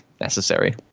necessary